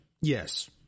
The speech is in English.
Yes